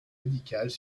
médicales